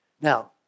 Now